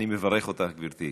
אני מברך אותך, גברתי.